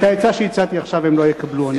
את העצה שהצעתי עכשיו הם לא יקבלו,